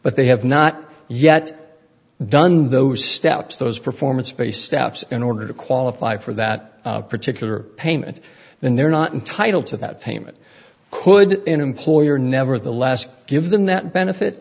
but they have not yet done those steps those performance pay steps in order to qualify for that particular payment then they're not entitled to that payment could an employer nevertheless give them that benefit